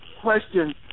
question